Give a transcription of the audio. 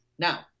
Now